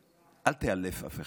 אל תאלף אף אחד.